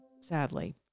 sadly